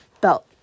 belt